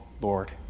lord